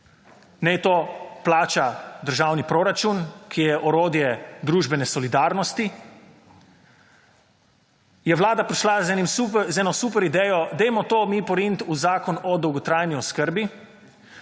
naj to plača državni proračun, ki je orodje družbene solidarnosti, je Vlada prišla z eno super idejo, dajmo to mi porinit v Zakon o dolgotrajni oskrbi,